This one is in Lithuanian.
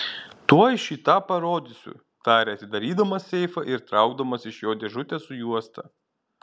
tuoj šį tą parodysiu tarė atidarydamas seifą ir traukdamas iš jo dėžutę su juosta